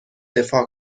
دفاع